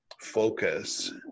focus